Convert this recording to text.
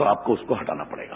तो आपको उसको हटाना पड़ेगा